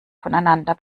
voneinander